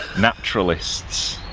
naturalists.